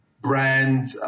brand